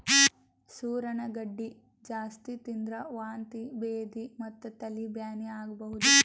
ಸೂರಣ ಗಡ್ಡಿ ಜಾಸ್ತಿ ತಿಂದ್ರ್ ವಾಂತಿ ಭೇದಿ ಮತ್ತ್ ತಲಿ ಬ್ಯಾನಿ ಆಗಬಹುದ್